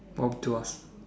oh to us